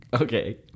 Okay